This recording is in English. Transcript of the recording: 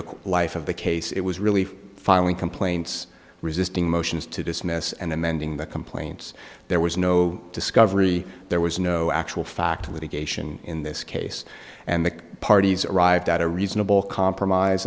the life of the case it was really filing complaints resisting motions to dismiss and amending the complaints there was no discovery there was no actual fact litigation in this case and the parties arrived at a reasonable compromise